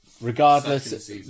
regardless